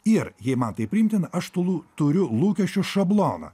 ir jei man tai priimtina aš tulu turiu lūkesčių šabloną